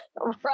Right